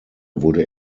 wurde